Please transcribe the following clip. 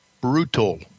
Brutal